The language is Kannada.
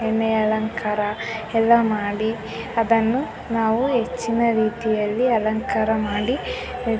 ಎಣ್ಣೆಯ ಅಲಂಕಾರ ಎಲ್ಲ ಮಾಡಿ ಅದನ್ನು ನಾವು ಹೆಚ್ಚಿನ ರೀತಿಯಲ್ಲಿ ಅಲಂಕಾರ ಮಾಡಿ